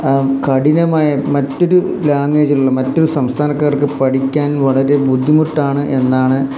കഠിനമായ മറ്റൊരു ലാംഗ്വേജ് ഉള്ള മറ്റൊരു സംസ്ഥാനക്കാർക്ക് പഠിക്കാൻ വളരെ ബുദ്ധിമുട്ടാണ് എന്നാണ്